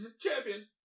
Champion